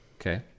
Okay